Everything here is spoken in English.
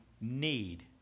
need